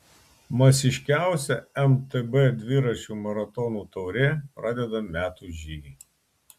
masiškiausia mtb dviračių maratonų taurė pradeda metų žygį